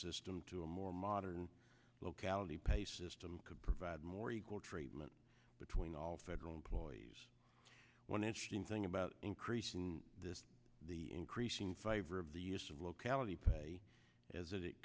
system to a more modern locality pay system could provide more equal treatment between all federal employees one interesting thing about increasing the increasing favor of the use of locality pay as it